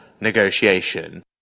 negotiation